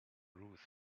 rough